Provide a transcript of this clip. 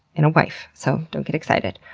and a wife, so don't get excited.